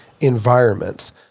environments